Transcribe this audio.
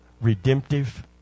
redemptive